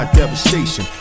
devastation